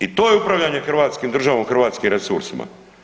I to je upravljanje hrvatskim državama i hrvatskim resursima.